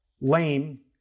lame